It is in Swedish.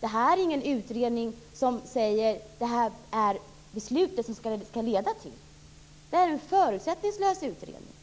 Det handlar inte om en utredning som säger vilket beslut det hela skall leda till. Det handlar i stället om en förutsättningslös utredning.